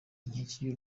anketi